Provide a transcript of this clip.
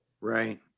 Right